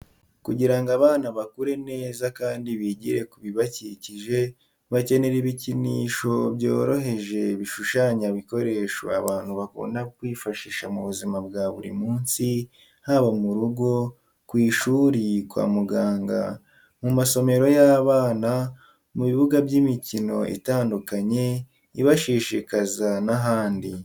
Kugira ngo abana bakure neza kandi bigire ku bibakikije, bakenera ibikinisho byoroheje bishushanya ibikoresho abantu bakunda kwifashisha mu buzima bwa buri munsi; haba mu rugo, ku ishuri, kwa muganga, mu masomero y'abana, mu bibuga by'imikino itandukanye ibashishikaza n'ahandi.